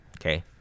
okay